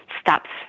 stops